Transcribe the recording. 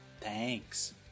Thanks